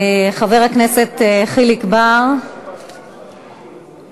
חבר הכנסת חיליק בר, בבקשה.